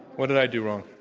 what did i do wrong?